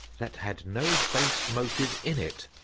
that had no base motive in it.